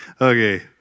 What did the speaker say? Okay